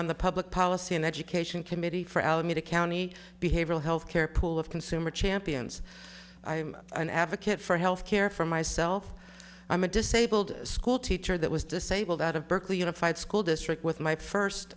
on the public policy and education committee for alameda county behavioral health care pool of consumer champions i'm an advocate for health care for myself i'm a disabled school teacher that was disabled out of berkeley unified school district with my first